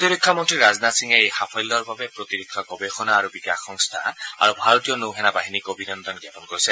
প্ৰতিৰক্ষা মন্ত্ৰী ৰাজনাথ সিঙে এই সাফল্যৰ বাবে প্ৰতিৰক্ষা গৱেষণা আৰু বিকাশ সংস্থা আৰু ভাৰতীয় নৌসেনা বাহিনীক অভিনন্দন জ্ঞাপন কৰিছে